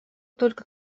только